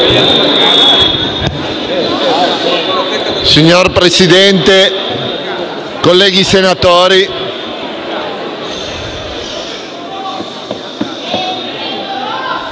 Signor Presidente, colleghi senatori,